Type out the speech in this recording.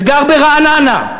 וגר ברעננה,